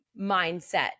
mindset